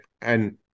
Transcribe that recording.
And-